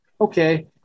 okay